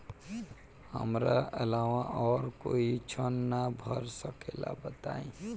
हमरा अलावा और कोई ऋण ना भर सकेला बताई?